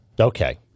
Okay